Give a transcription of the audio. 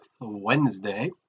Wednesday